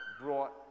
brought